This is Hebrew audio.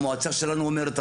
המועצה שלנו אומרת,